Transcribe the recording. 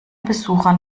besuchern